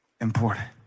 important